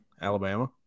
Alabama